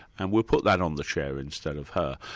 and we'll put that on the chair instead of her.